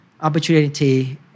opportunity